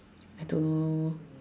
I don't know